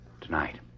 Tonight